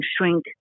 shrink